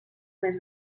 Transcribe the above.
més